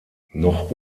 noch